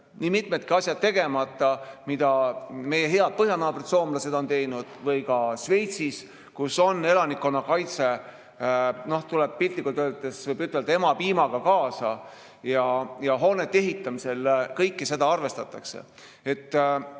nii mitmedki asjad tegemata, mida meie head põhjanaabrid soomlased on teinud. Või ka Šveitsis, kus elanikkonnakaitse tuleb piltlikult öeldes, võib ütelda, emapiimaga kaasa ja hoonete ehitamisel kõike seda arvestatakse.Me